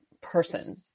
person